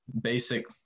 basic